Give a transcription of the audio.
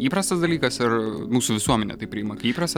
įprastas dalykas ar mūsų visuomenė tai priima kaip įprastą